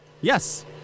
Yes